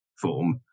form